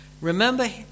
Remember